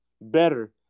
better